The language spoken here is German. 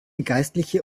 geistliche